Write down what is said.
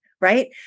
right